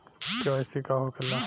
KYC का होखेला?